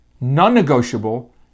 Non-negotiable